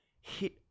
Hit